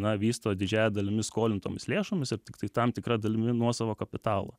na vysto didžiąja dalimi skolintomis lėšomis ir tiktai tam tikra dalimi nuosavo kapitalo